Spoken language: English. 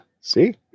see